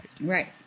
Right